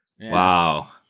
Wow